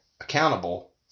accountable